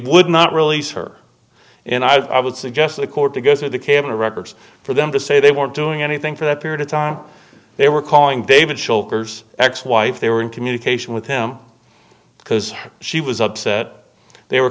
would not release her and i would suggest the court to go through the camera records for them to say they weren't doing anything for that period of time they were calling david chokers ex wife they were in communication with him because she was upset they were